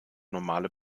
normale